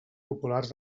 populars